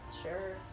Sure